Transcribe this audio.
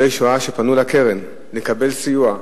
במספר ניצולי השואה שפנו לקרן לקבל סיוע.